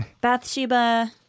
bathsheba